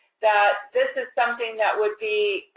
that this is something that would be